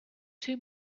two